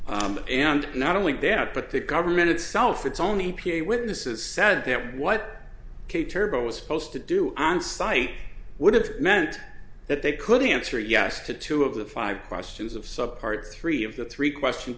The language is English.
contract and not only that but the government itself its own e p a witnesses said that what k turbo was supposed to do onsite would have meant that they couldn't answer yes to two of the five questions of sub part three of the three question